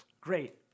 Great